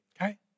okay